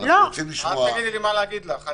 אנחנו רוצים לשמוע --- אל תגידי לי מה להגיד לך.